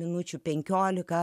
minučių penkiolika